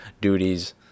duties